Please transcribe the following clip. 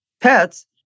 pets